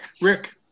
Rick